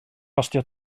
costio